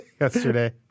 yesterday